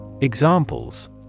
Examples